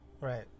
Right